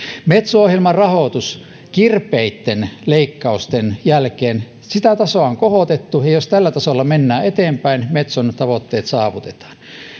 metso ohjelman rahoituksen tasoa kirpeitten leikkausten jälkeen on kohotettu ja jos tällä tasolla mennään eteenpäin metson tavoitteet saavutetaan